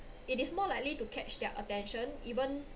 it is more likely to catch their attention even